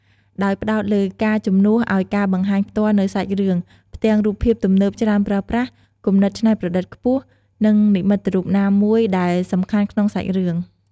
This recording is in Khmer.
ដោយផ្ដោតលើ ការជំនួសឱ្យការបង្ហាញផ្ទាល់នូវសាច់រឿង ផ្ទាំងរូបភាពទំនើបច្រើនប្រើប្រាស់ គំនិតច្នៃប្រឌិតខ្ពស់ និងនិមិត្តរូបណាមួយដែលសំខាន់ក្នុងសាច់រឿង។